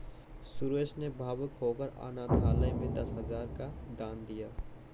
सुरेश ने भावुक होकर अनाथालय में दस हजार का दान दिया